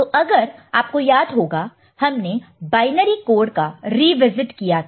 तो अगर आपको याद होगा हमने बाइनरी कोड का रिविजिट किया था